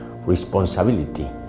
Responsibility